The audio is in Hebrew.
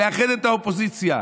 לאחד את האופוזיציה?